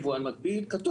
יבואן מקביל כתוב.